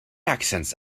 accents